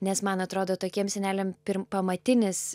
nes man atrodo tokiem seneliam pirm pamatinis